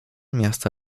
miasta